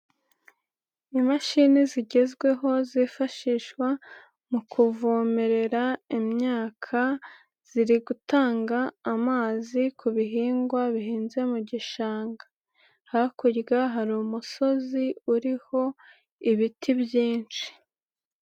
Imashini zigezweho zifashishwa mu kuvomerera imyaka, ziri gutanga amazi ku bihingwa bihinnze mu gishanga, hakurya hari umusozi uriho ibiti byinshi.